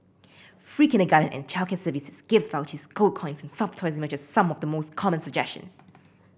free kindergarten and childcare services gift vouchers gold coins and soft toys emerged as some of the most common suggestions